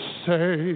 say